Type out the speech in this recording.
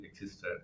existed